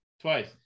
twice